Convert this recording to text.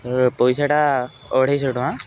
sir ପଇସା ଟା ଅଢ଼େଇଶହ ଟଙ୍କା